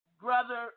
brother